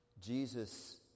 Jesus